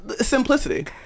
simplicity